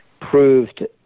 proved